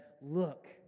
look